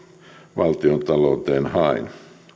valtiontalouteen hain